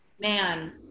man